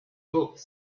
books